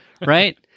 right